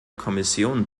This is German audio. kommission